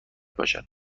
باشد